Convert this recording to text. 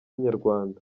inyarwanda